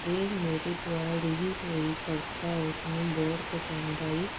ਇਹ ਮੇਰੇ ਦੁਆਰਾ ਲਿਖੀ ਹੋਈ ਕਵਿਤਾ ਉਸ ਨੂੰ ਬਹੁਤ ਪਸੰਦ ਆਈ